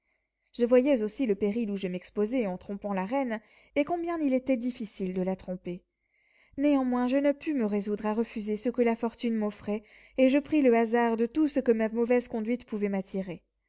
je voyais aussi le péril où je m'exposais en trompant la reine et combien il était difficile de la tromper néanmoins je ne pus me résoudre à refuser ce que la fortune m'offrait et je pris le hasard de tout ce que ma mauvaise conduite pouvait m'attirer